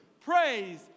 praise